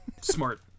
smart